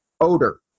odor